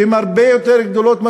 שהן הרבה יותר גדולות,